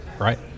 Right